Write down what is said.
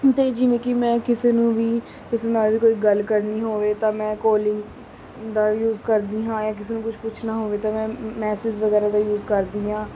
ਅਤੇ ਜਿਵੇਂ ਕਿ ਮੈਂ ਕਿਸੇ ਨੂੰ ਵੀ ਕਿਸੇ ਨਾਲ ਵੀ ਕੋਈ ਗੱਲ ਕਰਨੀ ਹੋਵੇ ਤਾਂ ਮੈਂ ਕੋਲਿੰਗ ਦਾ ਯੂਜ ਕਰਦੀ ਹਾਂ ਜਾਂ ਕਿਸੇ ਨੂੰ ਕੁਝ ਪੁੱਛਣਾ ਹੋਵੇ ਤਾਂ ਮੈਂ ਮੈਸੇਜ ਵਗੈਰਾ ਦਾ ਯੂਜ ਕਰਦੀ ਹਾਂ